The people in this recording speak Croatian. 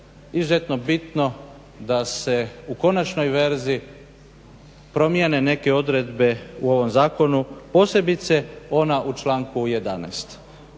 izuzetno bitno da se u konačnoj verziji promijene neke odredbe u ovom zakonu posebice ona u članku 11.